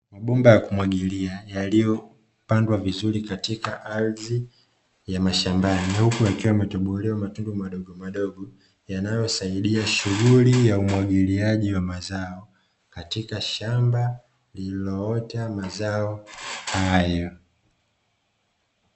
Mabomba ya kumwagilia yaliyopandwa vizuri katika ardhi ya mashambani na huku yakiwa yametobolewa matundu madogomadogo, yanayosaidia shughuli ya umwagiliaji wa mazao katika shamba lililoota mazao hayo.